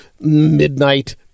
Midnight